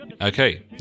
Okay